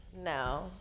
No